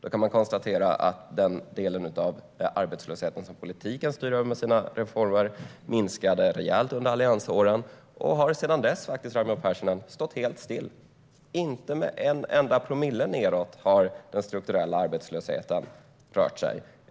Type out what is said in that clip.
Man kan konstatera att den del av arbetslösheten som politiken styr över med sina reformer minskade rejält under alliansåren, och den har faktiskt sedan dess, Raimo Pärssinen, stått helt stilla. Inte en enda promille nedåt har den strukturella arbetslösheten rört sig.